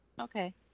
Okay